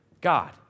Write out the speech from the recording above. God